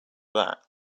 that